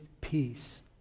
peace